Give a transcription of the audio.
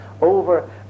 over